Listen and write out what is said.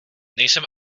nejsem